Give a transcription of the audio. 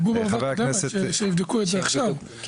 שיבדקו את זה עכשיו,